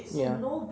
ya